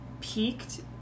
peaked